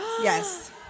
Yes